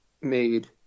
made